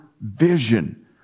vision